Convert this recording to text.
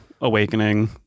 awakening